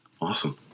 Awesome